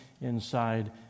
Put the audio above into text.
inside